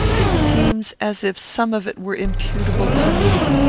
it seems as if some of it were imputable to me,